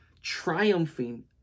triumphing